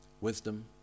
wisdom